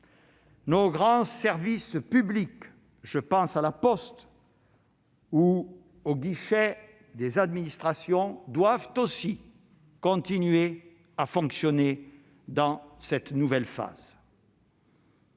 nos grands services publics- je pense à La Poste ou aux guichets des administrations -doivent également continuer à fonctionner dans cette nouvelle phase.